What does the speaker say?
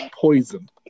poison